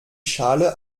schale